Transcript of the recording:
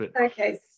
Okay